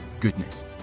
goodness